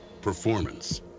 Performance